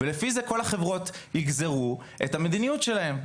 לפי זה כל החברות יגזרו את המדיניות שלהן.